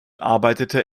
arbeitete